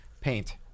paint